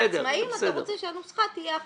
לעצמאים אתה רוצה שהנוסחה תהיה אחרת.